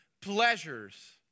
pleasures